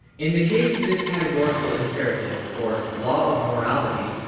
in the case of this categorical imperative or law of morality,